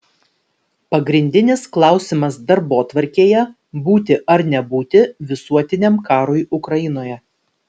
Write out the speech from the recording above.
pagrindinis klausimas darbotvarkėje būti ar nebūti visuotiniam karui ukrainoje